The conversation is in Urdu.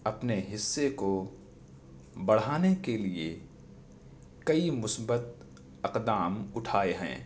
اپنے حصے کو بڑھانے کے لیے کئی مثبت اقدام اٹھائے ہیں